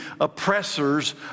oppressors